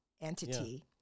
entity